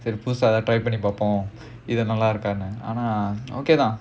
try பண்ணி பார்ப்போம்:panni paarppom okay lah